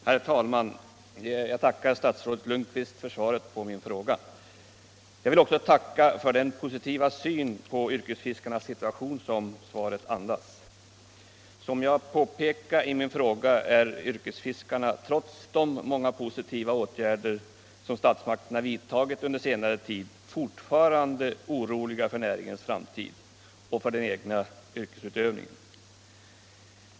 Herr talman! Jag tackar statsrådet Lundkvist för svaret på min fråga. Jag vill också tacka för den positiva syn på yrkesfiskarnas situation som svaret visar. Som jag påpekade i min fråga är yrkesfiskarna trots de många positiva åtgärder som statsmakterna vidtagit under senare tid fortfarande oroliga för näringens framtid och för den egna yrkesutövningen.